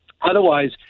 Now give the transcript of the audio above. Otherwise